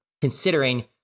considering